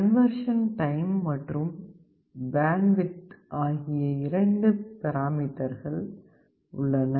conversion time மற்றும் bandwidth ஆகிய 2 பேராமீட்டர்கள் உள்ளன